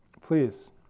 please